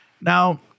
Now